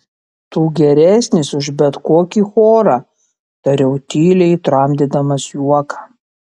tu geresnis už bet kokį chorą tariau tyliai tramdydamas juoką